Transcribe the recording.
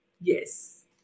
yes